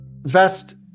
vest